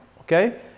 okay